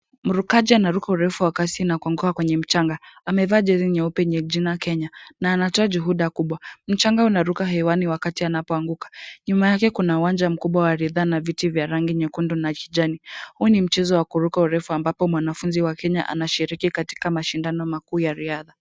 Mrukaji anaruka urefu wa kasi na kuanguka kwenye mchanga. Amevaa jezi nyeupe yenye jina Kenya na anatoa juhuda kubwa. Mchanga unaruka hewani wakati anapoanguka. Nyuma yake kuna uwanja mkubwa wa riadha na viti vya rangi nyekundu na kijani. Huu ni mchezo wa kuruka urefu ambapo mwanafunzi wa Kenya anashiriki katika mashindano makuu ya riadha.